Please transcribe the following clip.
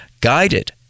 guided